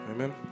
Amen